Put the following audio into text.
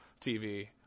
TV